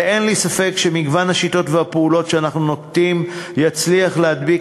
ואין לי ספק שמגוון השיטות והפעולות שאנחנו נוקטים יצליח להדביק